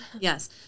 Yes